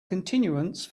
continuance